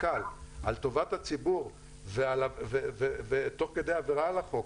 הקל על טובת הציבור ותוך כדי עבירה על החוק,